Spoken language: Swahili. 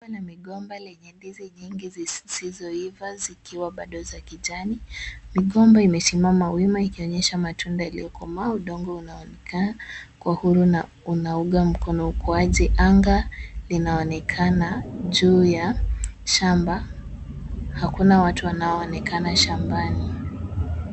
Shamba la migomba lenye ndizi nyingi zisizoiva zikiwa bado za kijani. Migomba imesimama wima ikionyesha matunda iliyokomaa. Udongo unaonekana kuwa huru na unauga mkono ukuaji. Anga linaonekana juu ya shamba. Hakuna watu wanaoonekana shambani.